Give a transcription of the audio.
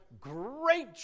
great